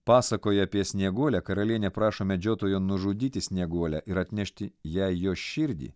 pasakoje apie snieguolę karalienė prašo medžiotojo nužudyti snieguolę ir atnešti jai jos širdį